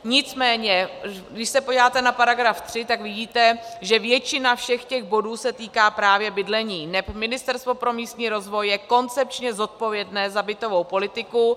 Nicméně když se podíváte na § 3, tak vidíte, že většina všech těch bodů se týká právě bydlení, neboť Ministerstvo pro místní rozvoj je koncepčně zodpovědné za bytovou politiku.